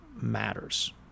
matters